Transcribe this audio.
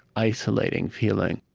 isolating feeling